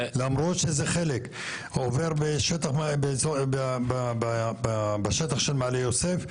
למרות שחלק בשטח של מעלה יוסף,